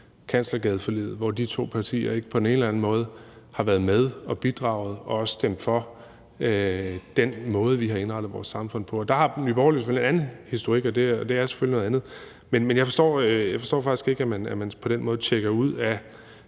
Kanslergadeforliget, hvor de to partier ikke på den ene eller den anden måde har været med og bidraget og også stemt for den måde, vi har indrettet vores samfund på. Og der har Nye Borgerlige selvfølgelig en anden historik, og det er selvfølgelig noget andet, men jeg forstår faktisk ikke, at man på den måde tjekker ud af